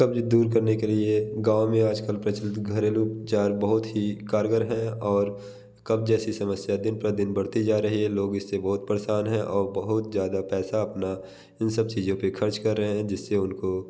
कब्ज़ दूर करने के लिए गाँव में आज कल प्रचलित घरेलू उपचार बहुत ही कारगर है और कब्ज़ जैसी समस्या दिन प्र दिन बढ़ती जा रही है लोग इससे बहुत परशान हैं और बहुत ज़्यादा पैसा अपना इन सब चीज़ों पर ख़र्च कर रहे हैं जिससे उनको